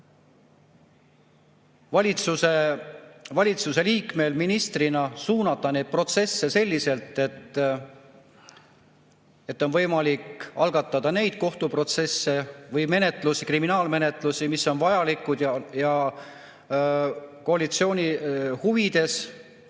valitsuse liikmel ministrina suunata neid protsesse selliselt, et on võimalik algatada neid kohtuprotsesse või kriminaalmenetlusi, mis on vajalikud koalitsiooni huvides.